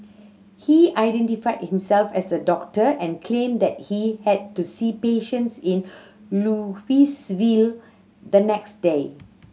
he identified himself as a doctor and claimed that he had to see patients in Louisville the next day